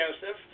joseph